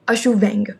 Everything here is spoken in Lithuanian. aš jų vengiu